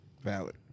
Valid